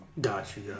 Gotcha